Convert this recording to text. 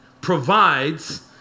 provides